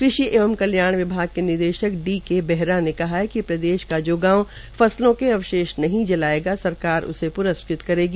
कृषि एवं कल्याण विभाग के निदेशक डी के बेहरा ने कहा है कि प्रदेश का जो गांव फसलों के अवशेष नहीं जलायेगा सरकार उसे प्रस्कृत करेगी